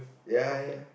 ya ya